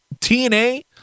TNA